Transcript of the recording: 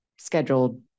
scheduled